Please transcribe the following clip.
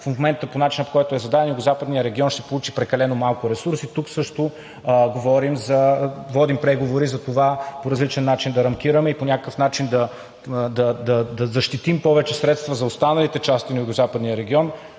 в момента по начина, по който е зададен, Югозападният регион ще получи прекалено малко ресурси. Тук също водим преговори за това по различен начин да рамкираме и по някакъв начин да защитим повече средства за останалите части на Югозападния регион